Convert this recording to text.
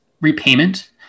repayment